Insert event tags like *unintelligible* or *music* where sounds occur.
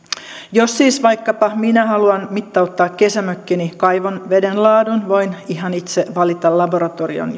jos siis vaikkapa minä haluan mittauttaa kesämökkini kaivon veden laadun voin ihan itse valita laboratorion *unintelligible*